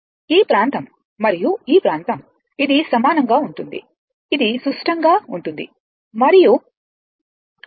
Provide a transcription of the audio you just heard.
ఈ ప్రాంతం మరియు ఈ ప్రాంతం ఇది సమానంగా ఉంటుంది ఇది సుష్టంగా ఉంటుంది మరియు ఇది 2π